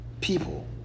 people